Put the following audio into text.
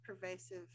pervasive